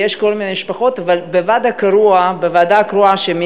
ויש כל מיני משפחות, אבל בוועדה הקרואה שמינית,